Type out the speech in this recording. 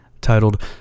titled